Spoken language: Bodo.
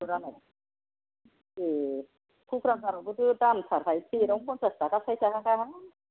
बेदरालाय ए क'क्राझारावबोथ' दामथारहाय प्लेट आवनो फन्सास थाखा गाहाम